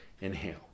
Inhale